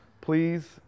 please